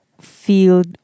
field